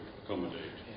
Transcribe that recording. accommodate